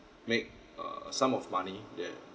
make a sum of money that